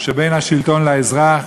שבין השלטון לאזרח